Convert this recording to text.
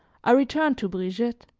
i returned to brigitte.